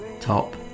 Top